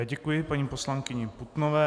Děkuji paní poslankyni Putnové.